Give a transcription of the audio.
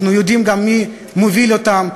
אנחנו יודעים גם מי מוביל אותן,